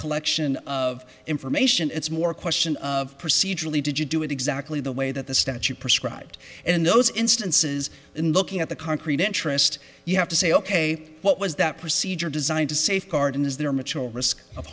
collection of information it's more a question of procedurally did you do it exactly the way that the statute prescribed and those instances and looking at the concrete interest you have to say ok what was that procedure designed to safeguard and is there mitchell risk of